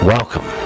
Welcome